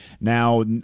Now